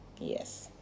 Yes